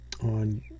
on